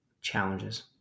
challenges